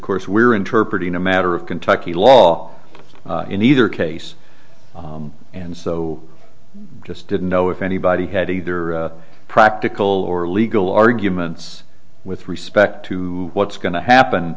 course we're interpret in a matter of kentucky law in either case and so i just didn't know if anybody had either practical or legal arguments with respect to what's going to happen